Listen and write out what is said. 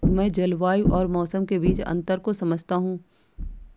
मैं जलवायु और मौसम के बीच अंतर को समझता हूं